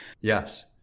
Yes